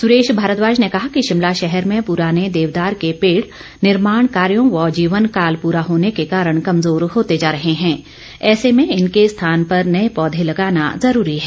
सूरेश भारद्वाज ने कहा कि शिमला शहर में पुराने देवदार के पेड़ निर्माण कार्यो व जीवनकाल पूरा होने के कारण कमजोर होते जा रहे हैं ऐसे में इनके स्थान पर नए पौधे लगाना जरूरी है